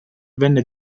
venne